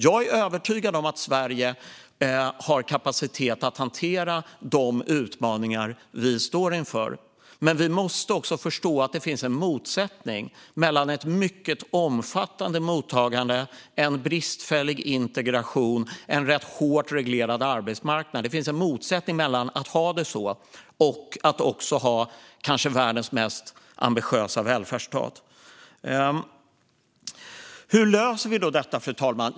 Jag är övertygad om att Sverige har kapacitet att hantera de utmaningar vi står inför, men vi måste förstå att det finns en motsättning mellan att å ena sidan ha ett mycket omfattande mottagande, en bristfällig integration och en rätt hårt reglerad arbetsmarknad och å andra sidan ha kanske världens mest ambitiösa välfärdsstat. Hur löser vi då det, fru talman?